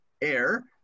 air